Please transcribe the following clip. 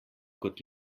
kot